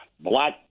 black